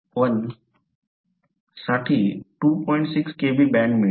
6 Kb band मिळेल